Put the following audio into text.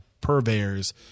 purveyors